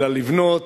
אלא לבנות,